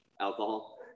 alcohol